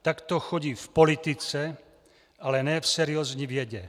Tak to chodí v politice, ale ne v seriózní vědě.